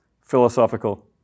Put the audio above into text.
philosophical